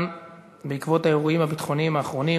בעקבות האירועים הביטחוניים האחרונים,